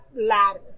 ladder